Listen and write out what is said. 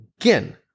Again